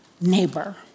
neighbor